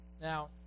Now